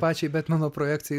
pačiai betmano projekcijai